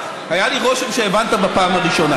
היה לי רושם שהבנת בפעם הראשונה.